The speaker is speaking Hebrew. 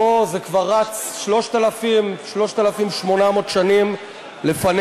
אוה, זה כבר רץ 3,800 שנים לפנינו.